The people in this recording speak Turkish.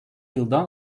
yıldan